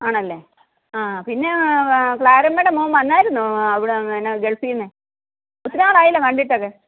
ആണല്ലേ ആ പിന്നെ ക്ലാരമ്മേടെ മോൻ വന്നായിരുന്നോ അവിടെ പിന്നെ ഗൾഫീന്ന് ഒത്തിരി നാളായല്ലോ കണ്ടിട്ടൊക്കെ